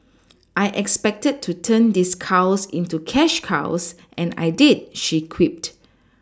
I expected to turn these cows into cash cows and I did she quipped